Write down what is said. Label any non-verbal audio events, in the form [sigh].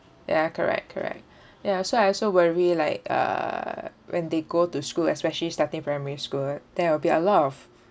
ya correct correct [breath] ya so I also worry like uh when they go to school especially starting primary school there will be a lot of